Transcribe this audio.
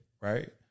right